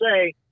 say